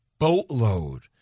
boatload